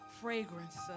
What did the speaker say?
fragrance